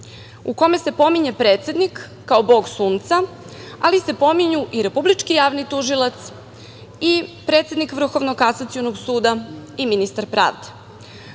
u kome se pominje predsednik kao Bog Sunca, ali se pominju i Republički javni tužilac, predsednik Vrhovnog kasacionog suda i ministar pravde. Ovaj